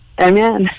amen